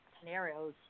scenarios